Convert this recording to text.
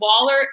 Waller